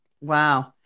Wow